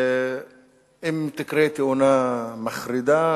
אם תקרה תאונה מחרידה,